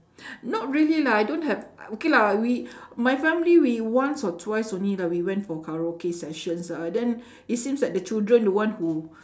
not really lah I don't have I okay lah we my family we once or twice only lah we went for karaoke sessions lah then it seems like the children the one who